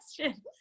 question